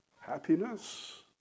happiness